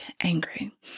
angry